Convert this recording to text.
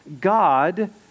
God